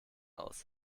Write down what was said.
aus